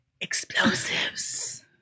explosives